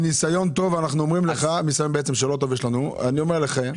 מניסיון לא טוב שיש לנו אני אומר לכם,